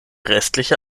restliche